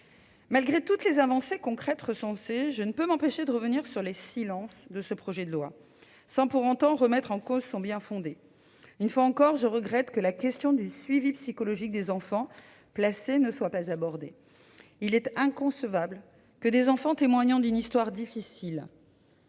Malgré toutes les avancées concrètes recensées, je ne peux m'empêcher de revenir sur les silences de ce projet de loi, sans pour autant remettre en cause son bien-fondé. Une fois encore, je regrette que la question du suivi psychologique des enfants placés ne soit pas abordée. Il est inconcevable que des enfants témoignant d'une histoire difficile,